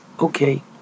okay